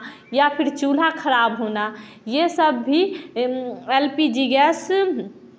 या फिर चूल्हा खराब होना यह सब भी एल पी जी गैस